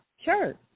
sure